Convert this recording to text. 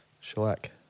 shellac